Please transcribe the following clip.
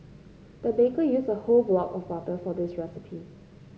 the baker used a whole block of butter for this recipe